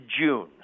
June